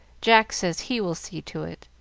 jack says he will see to it.